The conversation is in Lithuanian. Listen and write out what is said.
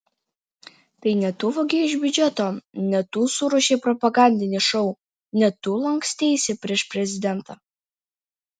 tai ne tu vogei iš biudžeto ne tu suruošei propagandinį šou ne tu lanksteisi prieš prezidentą